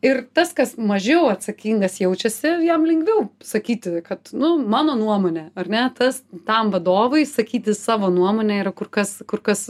ir tas kas mažiau atsakingas jaučiasi jam lengviau sakyti kad nu mano nuomone ar ne tas tam vadovui sakyti savo nuomonę yra kur kas kur kas